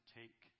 take